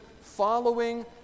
following